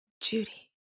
Judy